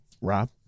Rob